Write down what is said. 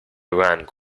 rank